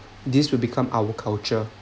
this will become our culture